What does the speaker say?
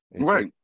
Right